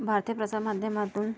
भारतीय प्रसार माध्यमातून